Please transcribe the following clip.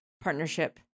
partnership